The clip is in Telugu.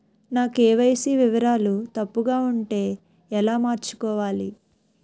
నా కే.వై.సీ వివరాలు తప్పుగా ఉంటే ఎలా మార్చుకోవాలి?